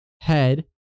head